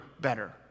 better